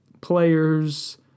players